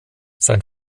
sein